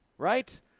Right